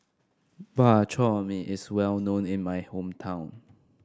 Bak Chor Mee is well known in my hometown